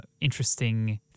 interesting